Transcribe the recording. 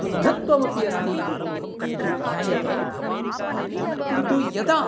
मुग्धत्वमपि अस्ति इति ज्ञायते किन्तु यदा